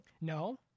no